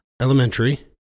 Elementary